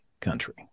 country